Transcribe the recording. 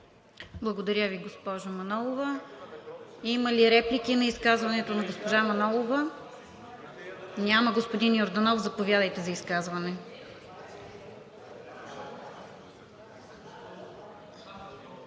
Благодаря Ви, госпожо Манолова. Има ли реплики на изказването на госпожа Манолова? Няма. Господин Йорданов, заповядайте за изказване.